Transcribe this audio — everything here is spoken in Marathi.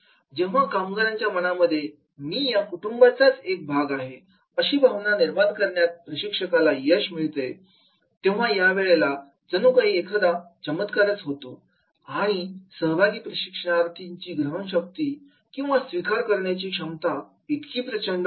जेव्हा कामगारांच्या मनामध्ये 'मी या कुटुंबाचाच एक भाग आहे' अशी भावना निर्माण करण्यात प्रशिक्षकाला यश मिळते यावेळेला जणू काही एखादा चमत्कार होतो आणि सहभागी प्रशिक्षणार्थींची ग्रहणशक्ती किंवा स्वीकार करण्याची क्षमता प्रचंड वाढते